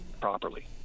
properly